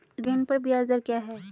ऋण पर ब्याज दर क्या है?